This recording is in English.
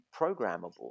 programmable